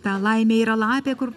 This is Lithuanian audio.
ta laimė yra lapė kur